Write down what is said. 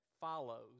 follows